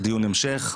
דיון המשך,